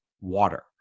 water